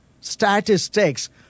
statistics